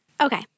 Okay